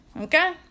Okay